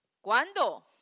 ¿Cuándo